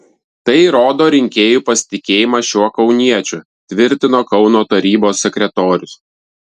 tai rodo rinkėjų pasitikėjimą šiuo kauniečiu tvirtino kauno tarybos sekretorius